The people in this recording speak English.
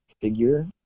figure